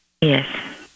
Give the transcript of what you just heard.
Yes